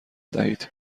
دهید